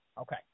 Okay